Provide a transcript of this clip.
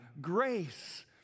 grace